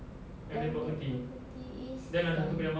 landed property east side